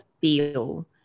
feel